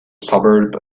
suburb